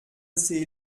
assez